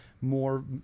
more